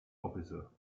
officer